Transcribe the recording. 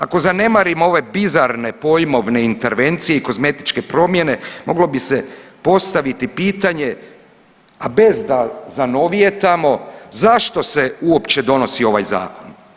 Ako zanemarimo ove bizarne pojmove intervencije i kozmetičke promjene moglo bi se postaviti pitanje, a bez da zanovijetamo zašto se uopće donosi ovaj zakon?